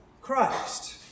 Christ